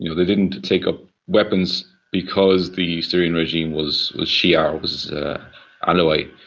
you know they didn't take up weapons because the syrian regime was was shia or was alawite,